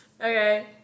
Okay